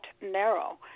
narrow